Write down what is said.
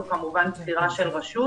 זאת כמובן בחירה של רשות.